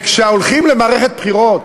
כשהולכים למערכת בחירות